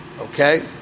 Okay